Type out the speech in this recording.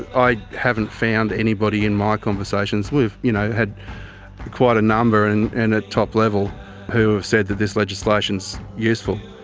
i haven't found anybody in my conversations, we've you know had quite a number and and at top level who have said that this legislation is useful.